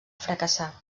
fracassar